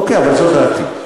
אוקיי, אבל זאת דעתי.